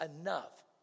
enough